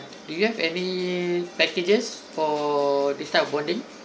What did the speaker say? do you have any packages for this type of bonding